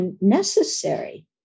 necessary